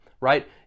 right